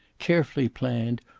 carefully planned,